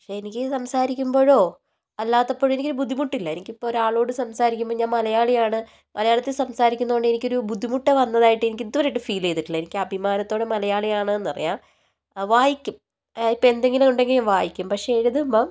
പക്ഷേ എനിക്ക് സംസാരിക്കുമ്പോഴോ അല്ലാത്തപ്പോഴോ എനിക്കൊരു ബുദ്ധിമുട്ടില്ല എനിക്കിപ്പോൾ ഒരാളോടു സംസാരിക്കുമ്പോൾ ഞാൻ മലയാളിയാണ് മലയാളത്തിൽ സംസാരിയ്ക്കുന്നതു കൊണ്ട് എനിക്കൊരു ബുദ്ധിമുട്ടു വന്നതായിട്ട് എനിക്കിതുവരെയായിട്ടും ഫീൽ ചെയ്തിട്ടില്ല എനിക്ക് അഭിമാനത്തോടെ മലയാളിയാണെന്നു പറയാം വായിയ്ക്കും ഇപ്പം എന്തെങ്കിലും ഉണ്ടെങ്കിൽ ഞാൻ വായിയ്ക്കും പക്ഷെ എഴുതുമ്പോൾ